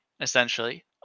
essentially